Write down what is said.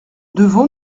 devons